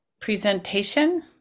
presentation